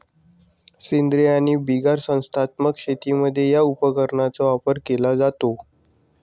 सेंद्रीय आणि बिगर संस्थात्मक शेतीमध्ये या उपकरणाचा वापर केला जातो